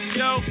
yo